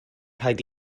rhaid